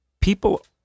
people